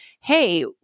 hey